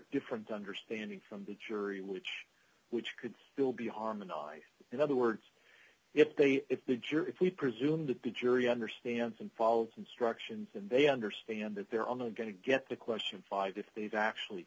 different understanding from the jury which which could still be harmonized in other words if they if the juror if we presume that the jury understands and follow instructions and they understand that there are no going to get the question five if they've actually